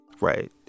Right